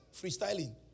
freestyling